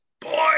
boy